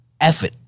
effort